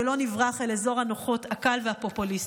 ולא נברח אל אזור הנוכחות הקל והפופוליסטי.